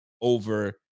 over